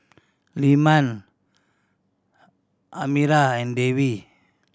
Leman Amirah and Dewi